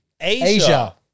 Asia